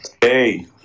Hey